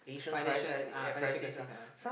financial ah financial crisis ah